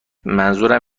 منظورم